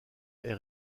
est